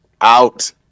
Out